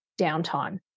downtime